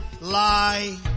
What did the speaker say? lie